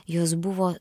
jos buvo